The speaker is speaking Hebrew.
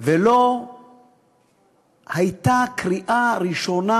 ולא הייתה קריאה ראשונה